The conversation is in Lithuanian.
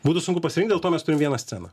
būtų sunku pasirinkt dėl to mes turim vieną sceną